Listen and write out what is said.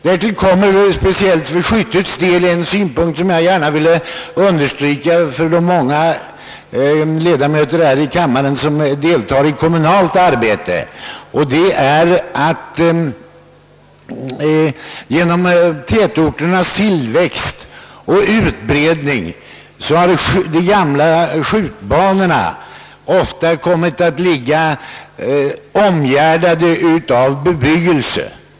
Därtill kommer för skyttets del en speciell synpunkt som jag gärna ville understryka för de många ledamöter i kammaren som deltar i kommunalt arbete. Genom tätorternas tillväxt och utbredning har de gamla skjutbanorna ofta kommit att ligga omgärdade av bebyggelse.